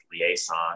liaison